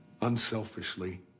unselfishly